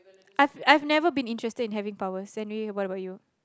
I I've never been interested in having powers anyway what about you